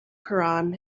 koran